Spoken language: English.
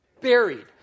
buried